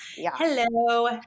Hello